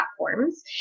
platforms